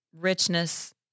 richness